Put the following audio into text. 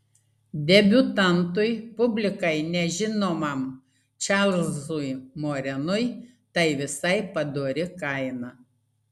debiutantui publikai nežinomam čarlzui morenui tai visai padori kaina